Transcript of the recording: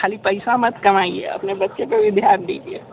ख़ाली पैसा मत कमाइए अपने बच्चे पेर भी ध्यान दीजिए